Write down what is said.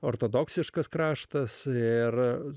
ortodoksiškas kraštas ir